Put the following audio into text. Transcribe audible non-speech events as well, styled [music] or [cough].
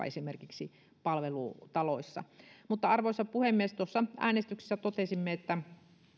[unintelligible] esimerkiksi palvelutaloissa arvoisa puhemies tuossa äänestyksessä totesimme että